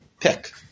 pick